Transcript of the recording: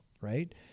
right